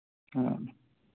ꯑꯥ